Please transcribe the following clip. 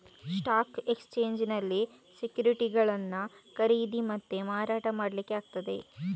stock ಎಕ್ಸ್ಚೇಂಜಿನಲ್ಲಿ ಸೆಕ್ಯುರಿಟಿಗಳನ್ನ ಖರೀದಿ ಮತ್ತೆ ಮಾರಾಟ ಮಾಡ್ಲಿಕ್ಕೆ ಆಗ್ತದೆ